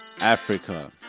Africa